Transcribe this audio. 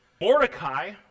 Mordecai